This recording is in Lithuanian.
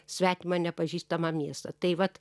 svetimą nepažįstamą miestą tai vat